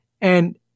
And-